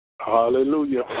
Hallelujah